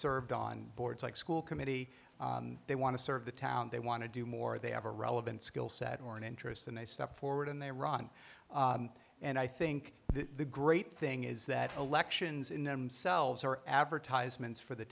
served on boards like school committee they want to serve the town they want to do more they have a relevant skill set or an interest and they step forward and they run and i think the great thing is that elections in themselves are advertisements for the